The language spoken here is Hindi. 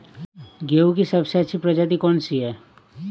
गेहूँ की सबसे अच्छी प्रजाति कौन सी है?